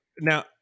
now